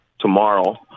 tomorrow